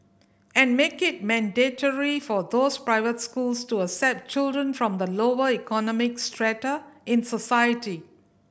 and make it mandatory for those private schools to accept children from the lower economic strata in society